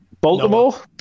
Baltimore